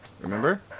Remember